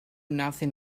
nothing